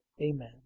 Amen